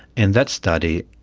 and that study,